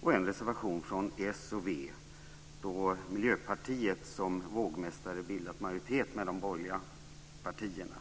och en reservation från s och v, då Miljöpartiet som vågmästare bildat majoritet med de borgerliga partierna.